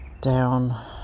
down